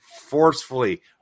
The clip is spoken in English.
forcefully